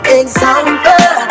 example